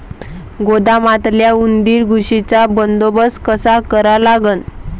गोदामातल्या उंदीर, घुशीचा बंदोबस्त कसा करा लागन?